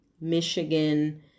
Michigan